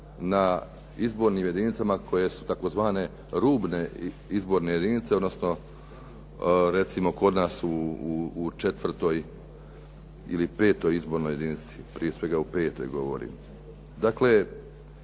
na izbornim jedinicama koje su tzv. rubne izborne jedinice odnosno recimo kod nas u 4. ili 5. Izbornoj jedinici, prije svega u 5. govorim. Dakle,